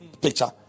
picture